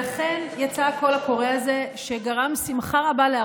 לכן יצא קול הקורא הזה,